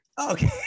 Okay